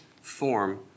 form